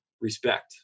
respect